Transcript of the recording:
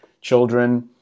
children